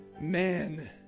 man